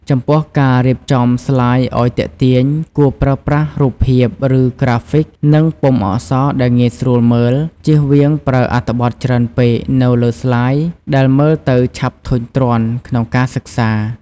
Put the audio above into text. ចំពោះការរៀបចំស្លាយឱ្យទាក់ទាញ គួរប្រើប្រាស់រូបភាព ឫក្រាហ្វិក និងពុម្ពអក្សរដែលងាយស្រួលមើល ជៀសវៀងប្រើអត្ថបទច្រើនពេកនៅលើស្លាយដែលមើលទៅឆាប់ធុញទ្រាន់ក្នុងការសិក្សា។